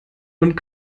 und